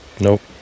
Nope